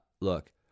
look